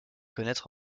connaître